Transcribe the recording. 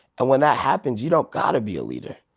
and when that happens, you don't got to be a leader.